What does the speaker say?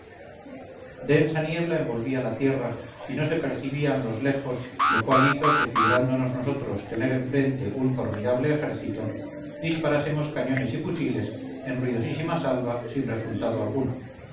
densa niebla envolvía la tierra y no se percibían los lejos lo cual hizo que figurándonos nosotros tener enfrente un formidable ejército disparásemos cañones y fusiles en ruidosísima salva sin resultado alguno